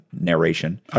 narration